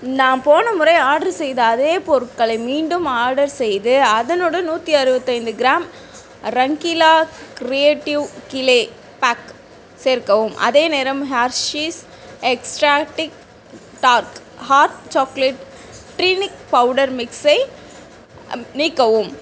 நான் போன முறை ஆர்டர் செய்த அதே பொருட்களை மீண்டும் ஆர்டர் செய்து அதனுடன் நூற்றி அறுவத்தைந்து gram Rangeela creative clay pack சேர்க்கவும் அதே நேரம் Hershey's exotic dark hot chocolate drink powder மிக்ஸை நீக்கவும்